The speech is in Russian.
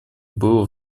было